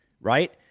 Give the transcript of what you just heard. right